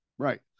Right